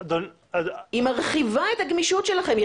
היא מרחיבה את הגמישות שלכם,